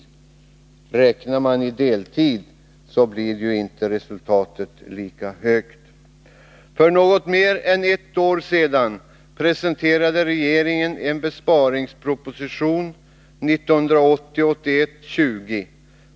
Räknar man i deltidstjänster blir siffran inte lika hög. För något mer än ett år sedan presenterade regeringen en besparingsproposition, nr 1980/81:20.